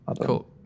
Cool